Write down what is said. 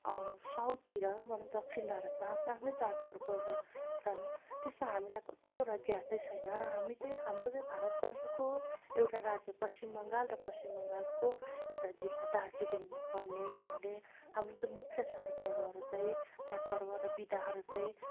साउथतिर दक्षिण भारतमा आफ्नो आफ्नो चाड पर्वहरू छन् त्यसमा हामीलाई कतिवटा ज्ञातै छैन हामी चाहिँ हाम्रो चाहिँ भारतवर्षको एउटा राज्य पश्चिम बङ्गाल र पश्चिम बङ्गालको एउटा जिल्ला दार्जिलिङ पर्ने हुनाले हाम्रो चाहिँ मुख्य चाड पर्वहरू चाहिँ चाड पर्व र बिदाहरू चाहिँ